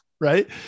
Right